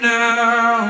now